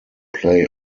play